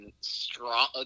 strong